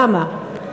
למה?